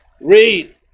Read